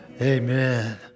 Amen